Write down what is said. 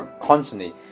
constantly